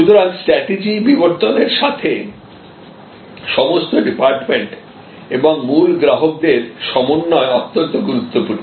সুতরাং স্ট্র্যাটেজি বিবর্তনের সাথে সমস্ত ডিপার্টমেন্ট এবং মূল গ্রাহকদের সমন্বয় অত্যন্ত গুরুত্বপূর্ণ